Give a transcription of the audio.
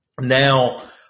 Now